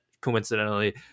coincidentally